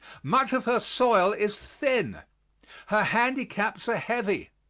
much of her soil is thin her handicaps are heavy,